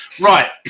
right